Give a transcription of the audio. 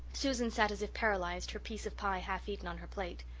susan sat as if paralysed, her piece of pie half-eaten on her plate.